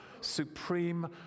supreme